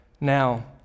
Now